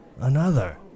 Another